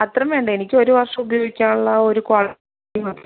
അത്രയും വേണ്ട എനിക്ക് ഒരു വർഷം ഉപയോഗിക്കാനുള്ള ആ ഒരു ക്വാളിറ്റി മതി